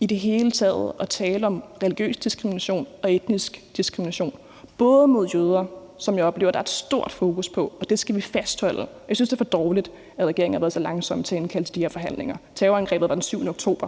i det hele taget at tale om religiøs diskrimination og etnisk diskrimination, også mod jøder, som jeg oplever at der er et stort fokus på, og det skal vi fastholde – jeg synes, det er for dårligt, at regeringen har været så langsomme til at indkalde til de her forhandlinger. Terrorangrebet var den 7. oktober,